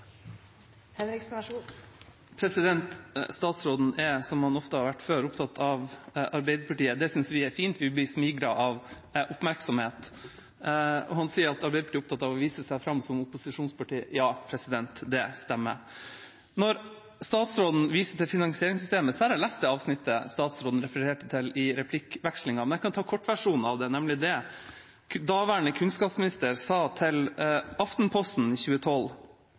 Statsråden er, som han ofte har vært før, opptatt av Arbeiderpartiet. Det synes vi er fint. Vi blir smigret av oppmerksomhet. Han sier at Arbeiderpartiet er opptatt av å vise seg fram som opposisjonsparti. Ja, det stemmer. Statsråden viste til finansieringssystemet. Jeg har lest det avsnittet statsråden refererte til i replikkvekslingen, og jeg kan ta kortversjonen av det. Nemlig: Daværende kunnskapsminister sa til Aftenposten i